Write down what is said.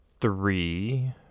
Three